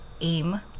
aim